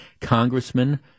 congressman